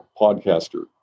podcaster